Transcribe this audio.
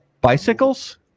Bicycles